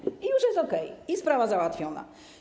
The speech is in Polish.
I już jest okej, i sprawa załatwiona.